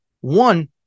one